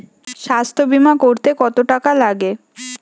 স্বাস্থ্যবীমা করতে কত টাকা লাগে?